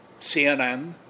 CNN